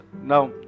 now